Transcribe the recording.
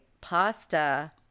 pasta